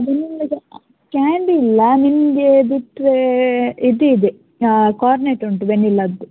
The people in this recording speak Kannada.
ಅದು ಕ್ಯಾಂಡಿ ಇಲ್ಲ ನಿಮಗೆ ಬಿಟ್ಟರೆ ಇದು ಇದೆ ಹಾಂ ಕಾರ್ನೆಟ್ ಉಂಟು ವೆನಿಲಾದ್ದು